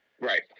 Right